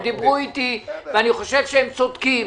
הם דיברו איתי, ואני חושב שהם צודקים.